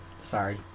sorry